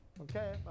Okay